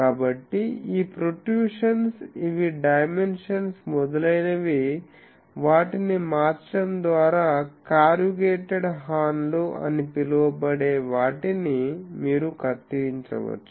కాబట్టి ఈ ప్రోట్రూషన్స్ ఇవి డైమెన్షన్ మొదలైనవి వాటిని మార్చడం ద్వారా కారుగేటేడ్ హార్న్ లు అని పిలువబడే వాటిని మీరు కత్తిరించవచ్చు